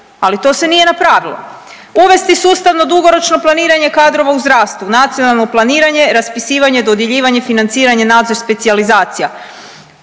ali to se nije napravilo. Uvesti sustavno dugoročno planiranje kadrova u zdravstvu, nacionalno planiranje, raspisivanje, dodjeljivanje, financiranje, nadzor i specijalizacija,